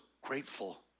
grateful